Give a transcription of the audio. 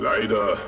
Leider